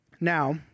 Now